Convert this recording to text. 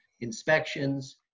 inspections